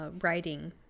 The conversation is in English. writing